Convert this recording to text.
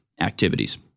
activities